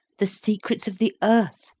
the secrets of the earth,